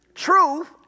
Truth